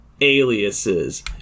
Aliases